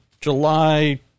July